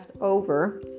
over